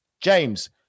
James